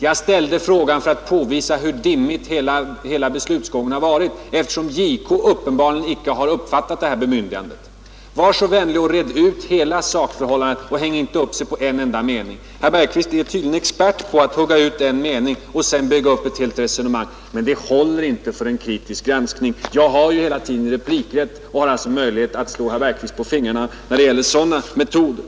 Jag ställde frågan för att påvisa hur dimmig hela beslutsgången har varit, eftersom JK uppenbarligen icke har uppmärksammat det här bemyndi gandet. Var så vänlig och red ut hela sakförhållandet och häng inte upp Er på en enda mening. Herr Bergqvist är tydligen expert på att hugga ut en enda mening och bygga upp ett helt resonemang kring denna. Men det håller inte för en kritisk granskning. Jag har ju hela tiden replikrätt och har alltså möjlighet att slå herr Bergqvist på fingrarna när det gäller sådana metoder.